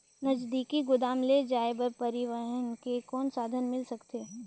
नजदीकी गोदाम ले जाय बर परिवहन के कौन साधन मिल सकथे?